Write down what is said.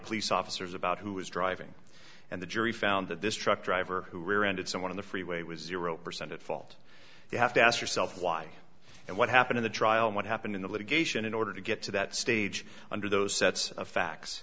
police officers about who was driving and the jury found that this truck driver who rear ended someone on the freeway was zero percent at fault you have to ask yourself why and what happened in the trial what happened in the litigation in order to get to that stage under those sets of fa